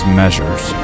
measures